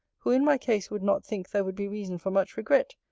who in my case would not think there would be reason for much regret,